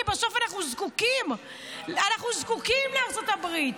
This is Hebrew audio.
כי בסוף אנחנו זקוקים לארצות הברית.